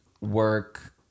work